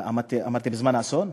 אמרתי בזמן האסון?